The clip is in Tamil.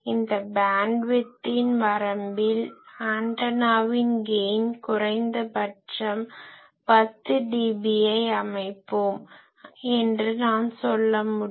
இந்த பேன்ட்விட்த்தின் வரம்பில் ஆண்டனாவின் கெய்ன் குறைந்தபட்சம் 10dBஐ அமைப்போம் என்று நான் சொல்ல முடியும்